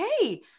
hey